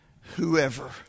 whoever